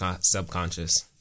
subconscious